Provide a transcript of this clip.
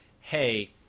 hey